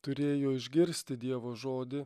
turėjo išgirsti dievo žodį